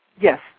Yes